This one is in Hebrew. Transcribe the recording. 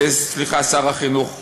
סליחה, שר החינוך דהיום?